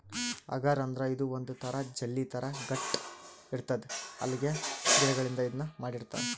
ಅಗರ್ ಅಂದ್ರ ಇದು ಒಂದ್ ಜೆಲ್ಲಿ ಥರಾ ಗಟ್ಟ್ ಇರ್ತದ್ ಅಲ್ಗೆ ಗಿಡಗಳಿಂದ್ ಇದನ್ನ್ ಮಾಡಿರ್ತರ್